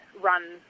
run